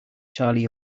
charlie